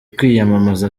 kwiyamamaza